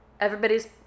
Everybody's